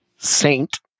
Saint